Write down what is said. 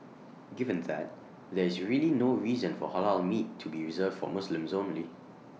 given that there is really no reason for Halal meat to be reserved for Muslims only